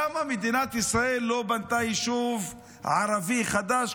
למה מדינת ישראל לא בנתה יישוב ערבי חדש,